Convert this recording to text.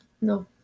No